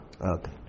Okay